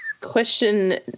Question